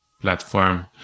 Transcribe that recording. platform